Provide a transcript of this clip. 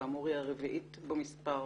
שכאמור היא הרביעית במספר,